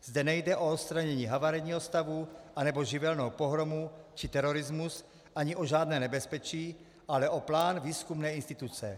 Zde nejde o odstranění havarijního stavu anebo živelní pohromu či terorismus ani o žádné nebezpečí, ale o plán výzkumné instituce.